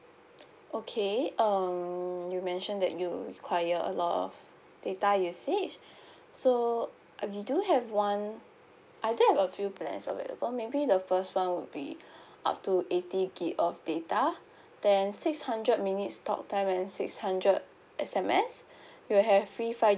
okay um you mentioned that you require a lot of data usage so uh we do have one I do have a few plans available maybe the first one will be up to eighty gig of data then six hundred minutes talk time and six hundred S_M_S you have free five